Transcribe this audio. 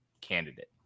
candidate